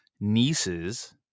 nieces